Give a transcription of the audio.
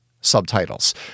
subtitles